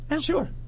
Sure